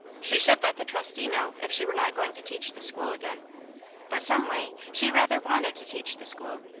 she should let the trustee know if she were not going to teach the school again but someway, she rather wanted to teach the school.